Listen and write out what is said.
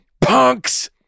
punks